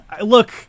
Look